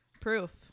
proof